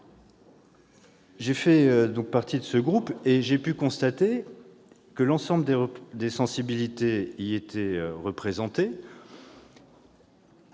J'ai fait partie de ce groupe, et j'ai pu constater que l'ensemble des sensibilités y était représenté.